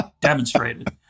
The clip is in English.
demonstrated